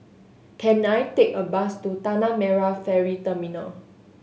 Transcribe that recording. can I take a bus to Tanah Merah Ferry Terminal